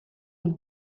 und